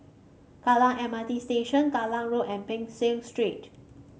Kallang M R T Station Kallang Road and Peck Seah Street